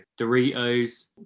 Doritos